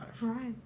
Right